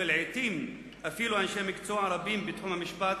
ולעתים אפילו אנשי מקצוע רבים בתחום המשפט